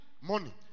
Money